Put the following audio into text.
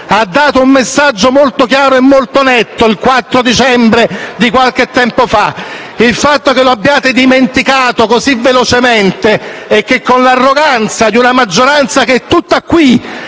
Ha dato un messaggio molto chiaro e molto netto il 4 dicembre di qualche tempo fa: il fatto che lo abbiate dimenticato così velocemente e con l'arroganza di una maggioranza che è tutta qui,